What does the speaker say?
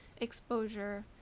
exposure